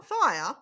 fire